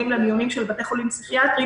למיונים של בתי חולים פסיכיאטריים.